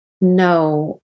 No